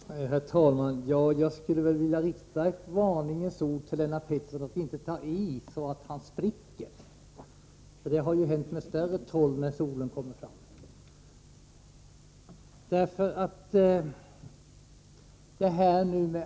Herr talman! Jag skulle vilja rikta ett varningens ord till Lennart Pettersson att inte ta i så att han spricker, för det har ju hänt med större troll när solen kommer fram.